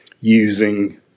using